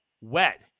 wet